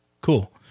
Cool